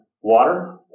water